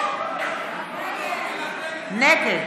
נגד